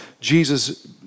Jesus